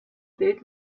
bild